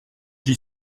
j’y